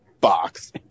box